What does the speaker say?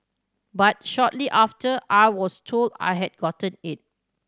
but shortly after I was told I had gotten it